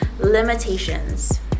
Limitations